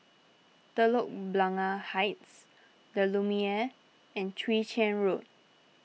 Telok Blangah Heights the Lumiere and Chwee Chian Road